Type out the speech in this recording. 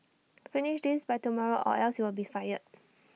finish this by tomorrow or else you'll be fired